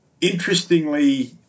Interestingly